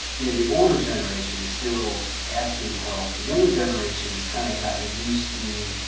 you know. the older generation is still asking to help. the younger generation has kind of gotten used to.